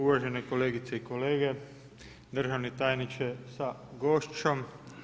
Uvažene kolegice i kolege, državni tajniče sa gošćom.